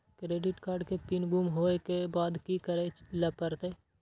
Credit card के PIN गुम होय के बाद की करै ल परतै?